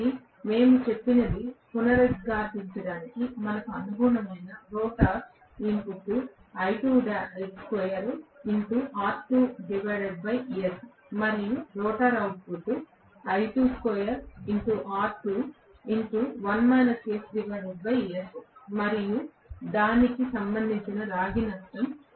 కాబట్టి మేము చెప్పినదానిని పునరుద్ఘాటించడానికి మనకు అనుగుణమైన రోటర్ ఇన్పుట్ మరియు రోటర్ అవుట్పుట్ మరియు దానికి సంబంధించిన రాగి నష్టం